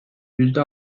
yüzde